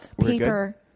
paper